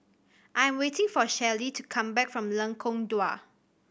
I am waiting for Shelley to come back from Lengkong Dua